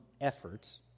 efforts